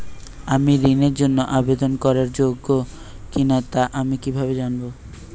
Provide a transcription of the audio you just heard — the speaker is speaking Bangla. আমি ঋণের জন্য আবেদন করার যোগ্য কিনা তা আমি কীভাবে জানব?